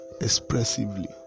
expressively